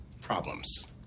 problems